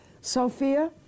Sophia